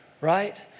right